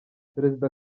perezida